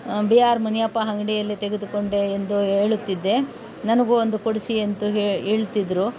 B R Muniyappa ಅಂಗಡಿಯಲ್ಲಿ ತೆಗೆದುಕೊಂಡೆ ಎಂದು ಹೇಳುತ್ತಿದ್ದೆ ನನಗೂ ಒಂದು ಕೊಡಿಸಿ ಅಂತ ಹೇಳ್ತಿದ್ರು